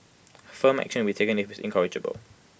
firm action will be taken if he is incorrigible